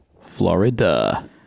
Florida